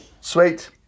Sweet